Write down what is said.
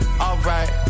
alright